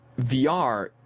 VR